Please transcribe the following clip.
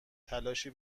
تلاشی